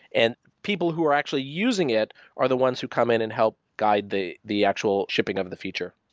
and people who are actually using it are the ones who come in and help guide the the actual shipping of the feature.